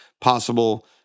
possible